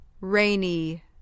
rainy